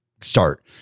start